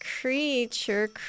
creature